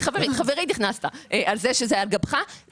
חברית נכנסת על זה שזה על גבך,